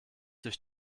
durch